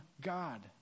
God